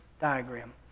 diagram